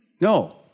No